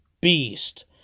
beast